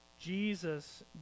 Jesus